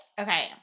okay